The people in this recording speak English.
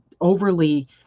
overly